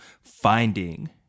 finding